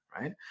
right